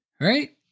right